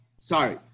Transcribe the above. sorry